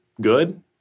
good